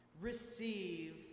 Receive